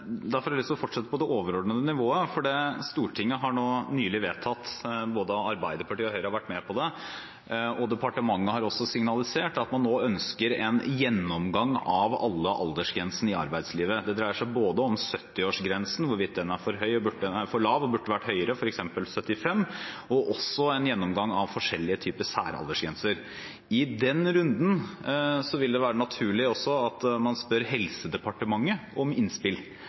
overordnede nivået. Stortinget har nå nylig vedtatt – både Arbeiderpartiet og Høyre har vært med på det, og departementet har også signalisert at man nå ønsker det – en gjennomgang av alle aldersgrensene i arbeidslivet. Det dreier seg om både 70-årsgrensen, hvorvidt den er for lav og burde vært høyere, f.eks. 75 år, og man ønsker også en gjennomgang av forskjellige typer særaldersgrenser. I den runden vil det også være naturlig at man spør Helsedepartementet om innspill.